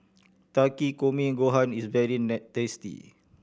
Takikomi Gohan is very tasty